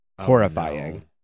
horrifying